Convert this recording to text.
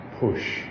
push